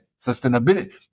sustainability